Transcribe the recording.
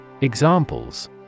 Examples